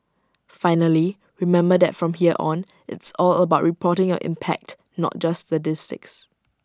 finally remember that from here on it's all about reporting your impact not just statistics